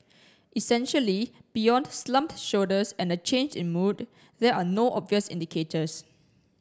essentially beyond slumped shoulders and a change in mood there are no obvious indicators